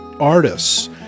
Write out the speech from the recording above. artists